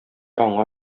аңа